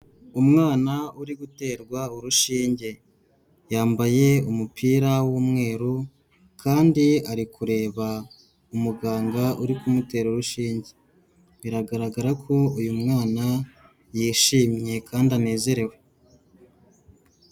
Umwana uri guterwa urushinge, yambaye umupira w'umweru kandi ari kureba umuganga uri kumutera urushinge, biragaragara ko uyu mwana yishimye kandi anezerewe.